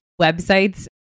websites